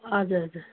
हजुर हजुर